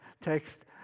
text